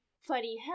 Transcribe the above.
funny